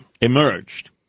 emerged